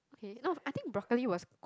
okay no I think broccoli was